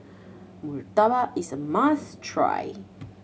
Murtabak is a must try